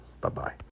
Bye-bye